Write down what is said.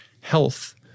health